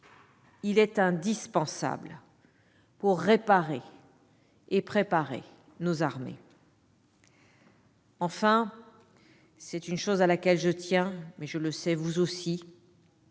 Il est indispensable pour réparer et préparer nos armées. En outre, et c'est une chose à laquelle je tiens- je sais que vous aussi